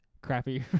Crappy